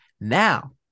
Now